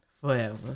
forever